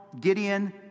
Gideon